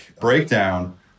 breakdown